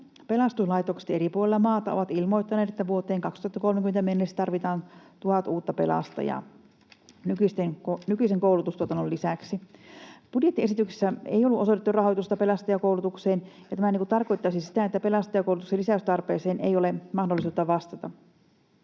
Pelastuslaitokset eri puolilla maata ovat ilmoittaneet, että vuoteen 2030 mennessä tarvitaan 1 000 uutta pelastajaa nykyisen koulutustuotannon lisäksi. Budjettiesityksessä ei ollut osoitettu rahoitusta pelastajakoulutukseen, ja tämä tarkoittaisi sitä, että pelastajakoulutuksen lisäystarpeeseen ei ole mahdollisuutta vastata.